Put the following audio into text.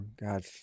God